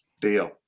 deal